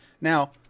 now